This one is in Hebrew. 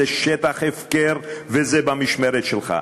זה שטח הפקר, וזה במשמרת שלך.